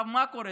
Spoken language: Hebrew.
עכשיו, מה קורה?